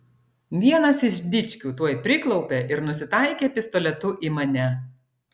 vienas iš dičkių tuoj priklaupė ir nusitaikė pistoletu į mane